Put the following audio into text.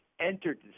entered